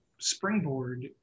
springboard